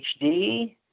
HD